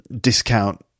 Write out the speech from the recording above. discount